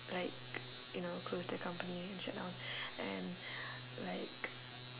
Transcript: like you know close their company and shut down and like